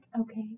okay